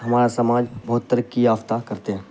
ہمارا سماج بہت ترقی یافتہ کرتے ہیں